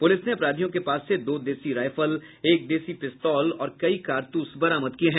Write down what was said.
police ने अपराधियों के पास से दो देशी रायफल एक देशी पिस्तौल और कई कारतूस बरामद किये हैं